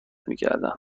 میکردن